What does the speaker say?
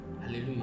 hallelujah